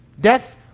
Death